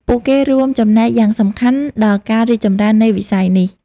ពួកគេរួមចំណែកយ៉ាងសំខាន់ដល់ការរីកចម្រើននៃវិស័យនេះ។